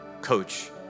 coach